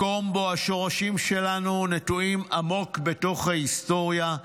מקום שבו השורשים שלנו נטועים עמוק בתוך ההיסטוריה.